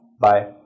Bye